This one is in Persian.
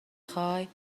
خوای